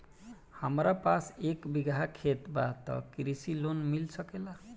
हमरा पास एक बिगहा खेत बा त कृषि लोन मिल सकेला?